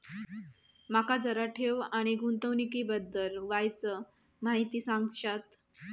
माका जरा ठेव आणि गुंतवणूकी बद्दल वायचं माहिती सांगशात?